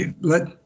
let